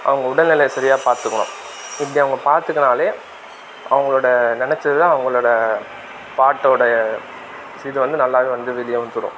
அவங்க உடல்நிலைய சரியா பார்த்துக்கணும் இப்படி அவங்க பார்த்துக்குனாலே அவங்களோட நெனைச்சதுலாம் அவங்களோட பாட்டோடய இது வந்து நல்லாவே வந்து வெளியே வந்துடும்